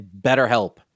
BetterHelp